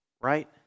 Right